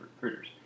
recruiters